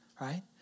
right